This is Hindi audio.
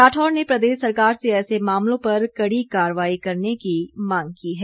राठौर ने प्रदेश सरकार से ऐसे मामलों पर कड़ी कार्रवाई करने की मांग की है